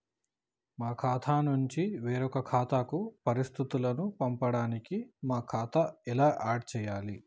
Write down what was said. మా ఖాతా నుంచి వేరొక ఖాతాకు పరిస్థితులను పంపడానికి మా ఖాతా ఎలా ఆడ్ చేయాలి?